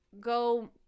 go